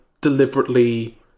deliberately